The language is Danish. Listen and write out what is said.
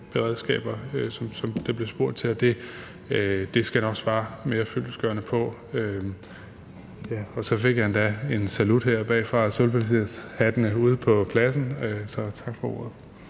beredskaber, som der blev spurgt til. Og det skal jeg nok svare mere fyldestgørende på. Og så fik jeg endda en salut her bagfra af sølvpapirshattene ude på Slotspladsen. Tak for ordet.